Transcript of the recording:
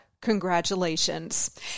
Congratulations